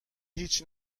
هیچ